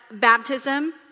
baptism